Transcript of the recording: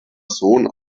sohn